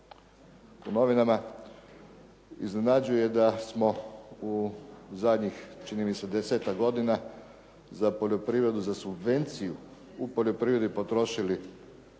u novinama, iznenađuje da smo u zadnjih čini mi se desetak godina za poljoprivredu za subvenciju u poljoprivredi potrošili